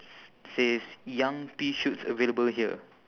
s~ says young pea shoots available here